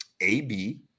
AB